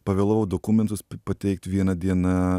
pavėlavau dokumentus pateikt viena diena